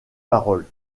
paroles